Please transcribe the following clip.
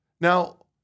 Now